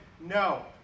no